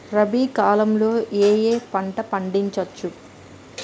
రబీ కాలంలో ఏ ఏ పంట పండించచ్చు?